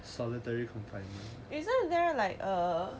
solitary confinement